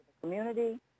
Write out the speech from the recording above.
community